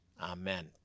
Amen